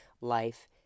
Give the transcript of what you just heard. life